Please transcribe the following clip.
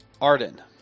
Arden